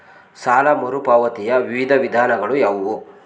ಸಾಲ ಮರುಪಾವತಿಯ ವಿವಿಧ ವಿಧಾನಗಳು ಯಾವುವು?